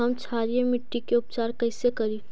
हम क्षारीय मिट्टी के उपचार कैसे करी?